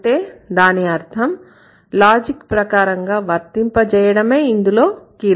అంటే దాని అర్థం లాజిక్ ప్రకారం గా వర్తింప చేయడమే ఇందులో కీలకం